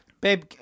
Babe